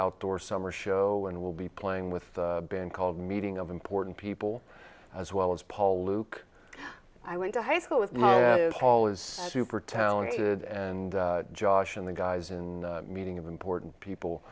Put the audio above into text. outdoor summer show and we'll be playing with band called meeting of important people as well as paul luke i went to high school with my paul is super talented and josh and the guys in meeting of important people